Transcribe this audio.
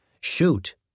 Shoot